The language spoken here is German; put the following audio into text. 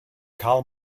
karl